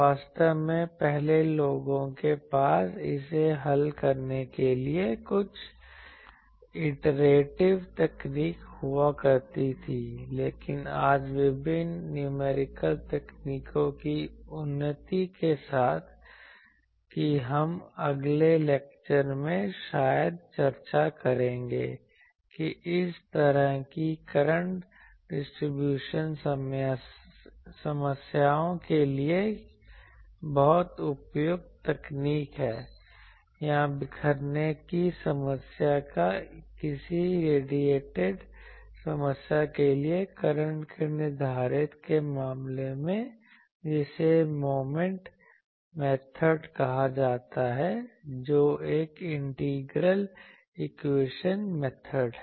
वास्तव में पहले लोगों के पास इसे हल करने के लिए कुछ आईट्रेटिव तकनीक हुआ करती थी लेकिन आज विभिन्न न्यूमेरिकल तकनीकों की उन्नति के साथ कि हम अगले लेक्चर में शायद चर्चा करेंगे कि इस तरह की करंट डिस्ट्रीब्यूशन समस्याओं के लिए बहुत उपयुक्त तकनीक है या बिखरने की समस्या या किसी रेडिएटिंग समस्या के लिए करंट के निर्धारण के मामले में जिसे मोमेंट मेथड कहा जाता है जो एक इंटीग्रल इक्वेशन मेथड है